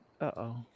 Uh-oh